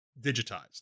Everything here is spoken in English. digitized